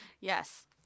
Yes